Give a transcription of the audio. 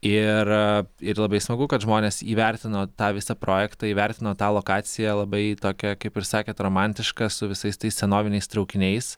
ir ir labai smagu kad žmonės įvertino tą visą projektą įvertino tą lokaciją labai tokią kaip ir sakėt romantišką su visais tais senoviniais traukiniais